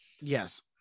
Yes